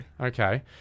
Okay